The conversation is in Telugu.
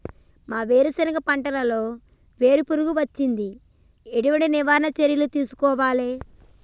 మా వేరుశెనగ పంటలలో వేరు పురుగు వచ్చింది? ఎటువంటి నివారణ చర్యలు తీసుకోవాలే?